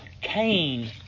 Cain